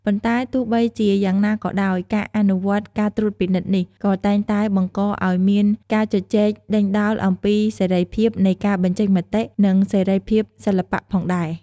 ប៉ុន្តែទោះបីជាយ៉ាងណាក៏ដោយ ការអនុវត្តការត្រួតពិនិត្យនេះ ក៏តែងតែបង្កឲ្យមាន ការជជែកដេញដោលអំពីសេរីភាពនៃការបញ្ចេញមតិ និងសេរីភាពសិល្បៈ ផងដែរ។